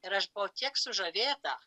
ir aš buvau tiek sužavėta